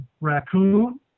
raccoon